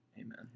amen